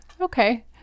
Okay